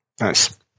Nice